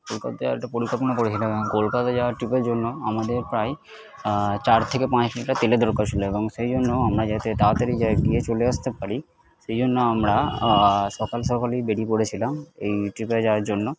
কলকাতায় একটা পরিকল্পনা করেছিলাম এবং কলকাতা যাওয়ার ট্রিপের জন্য আমাদের প্রায় চার থেকে পাঁচ লিটার তেলের দরকার ছিল এবং সেই জন্য আমরা যাতে তাড়াতাড়ি যাই গিয়ে চলে আসতে পারি সেই জন্য আমরা সকাল সকালই বেড়িয়ে পড়েছিলাম এই ট্রিপে যাওয়ার জন্য